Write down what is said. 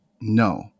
No